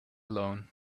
alone